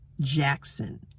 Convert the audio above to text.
Jackson